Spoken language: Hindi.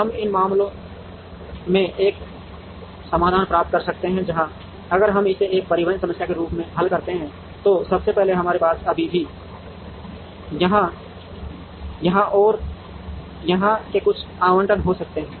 हम इस मामले में एक समाधान प्राप्त कर सकते हैं जहां अगर हम इसे एक परिवहन समस्या के रूप में हल करते हैं तो सबसे पहले हमारे पास अभी भी यहां यहां और यहां से कुछ आवंटन हो सकते हैं